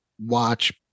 watch